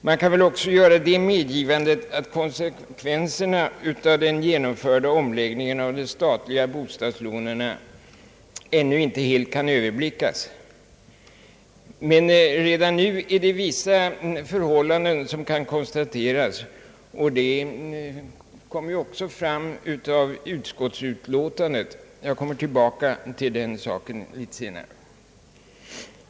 Man kan väl också göra det medgivandet, att konsekvenserna av den genomförda omläggningen av de statliga bostadslånen ännu inte helt kan överblickas. Men redan nu kan vissa förhållanden konstateras, och det kommer också fram i utskottsutlåtandet — jag kommer tillbaka till den frågan litet senare.